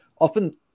often